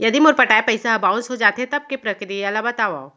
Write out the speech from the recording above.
यदि मोर पटाय पइसा ह बाउंस हो जाथे, तब के प्रक्रिया ला बतावव